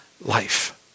life